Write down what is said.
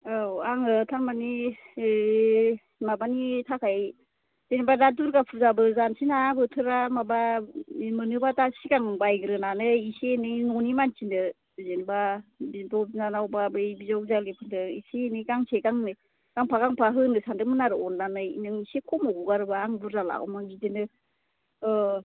औ आङो थारमानि माबानि थाखाय जेनबा दा दुरगा फुजाबो जानसै ना बोथोरा माबा मोनोबा दा सिगां बायग्रोनानै एसे एसै न'नि मानसिनो जेनबा बिब' बिनानाव बा बै बिजावजालिफोरनो एसे एनै गांसे गांनै गांफा गांफा होनो सानदोंमोन आरो अननानै नों एसे खमाव हगारोबा आं बुरजा लागौमोन बिदिनो